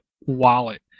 wallet